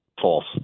false